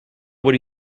would